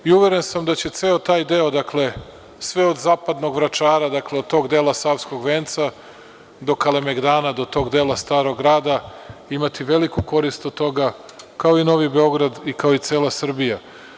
Dakle, uveren sam da će ceo taj deo, sve od zapadnog Vračara, od tog dela Savskog venca do Kalemegdana, do tog dela Starog grada, imati veliku korist od toga, kao i Novi Beograd, kao i cela Srbija.